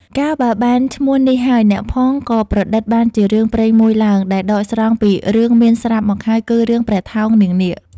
កាលបើបានឈោ្មះនេះហើយអ្នកផង ក៏ប្រឌិតបានជារឿងព្រេងមួយឡើង ដែលដកស្រង់ពីរឿងមានស្រាប់មកហើយ គឺរឿងព្រះថោងនាងនាគ។